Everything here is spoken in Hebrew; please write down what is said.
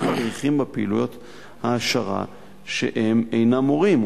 יש מדריכים בפעילויות העשרה שאינם מורים,